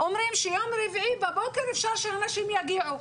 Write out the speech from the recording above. אומרים שיום רביעי בבוקר אפשר שהנשים יגיעו.